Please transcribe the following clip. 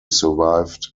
survived